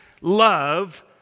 love